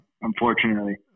unfortunately